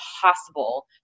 possible